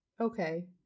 Okay